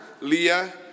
Leah